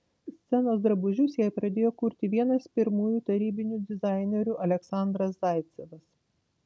scenos drabužius jai pradėjo kurti vienas pirmųjų tarybinių dizainerių aleksandras zaicevas